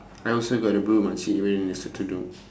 I also got the blue makcik wait let me circle down